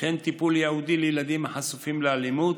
וכן לטיפול ייעודי בילדים החשופים לאלימות,